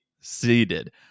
seated